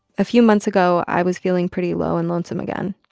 a few months ago, i was feeling pretty low and lonesome again.